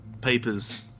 papers